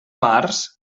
març